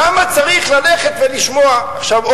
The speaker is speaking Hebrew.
למה צריך ללכת ולשמוע עכשיו,